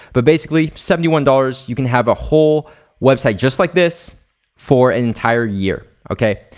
but basically seventy one dollars you can have a whole website just like this for an entire year, okay?